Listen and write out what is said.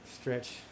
Stretch